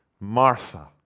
Martha